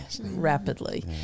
rapidly